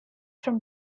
from